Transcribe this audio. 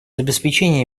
обеспечения